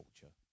culture